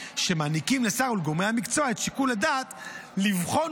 שמעניקים לשר ולגורמי המקצוע את שיקול הדעת לבחון